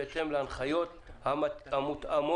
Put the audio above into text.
בהתאם להנחיות המותאמות.